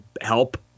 help